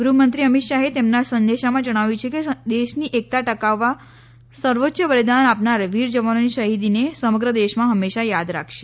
ગૃહમંત્રી અમિત શાહે તેમના સંદેશામાં જણાવ્યું છે કે દેશની એકતા ટકાવવા સર્વોચ્ય બલિદાન આપનાર વિર જવાનોની શહિદીને સમગ્ર દેશમાં હંમેશા યાદ રાખશે